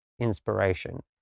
inspiration